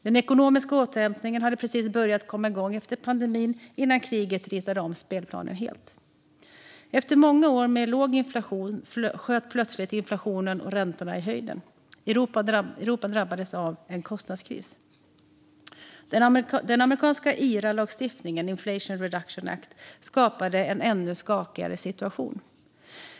Den ekonomiska återhämtningen hade precis börjat komma igång efter pandemin när kriget ritade om spelplanen helt. Efter många år med låg inflation sköt plötsligt inflationen och räntorna i höjden. Europa drabbades av en kostnadskris. Den amerikanska IRA-lagstiftningen, Inflation Reduction Act, skapade en ännu skakigare situation.